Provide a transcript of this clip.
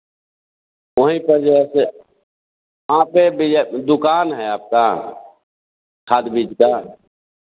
वहीं पर जैसे कहाँ पर बीज दुकान है आपका खाद्य बीज का